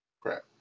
Crap